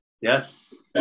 yes